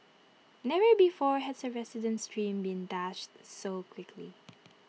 never before has A resident's dream been dashed so quickly